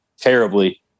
terribly